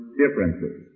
differences